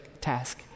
task